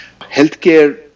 Healthcare